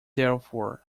therefore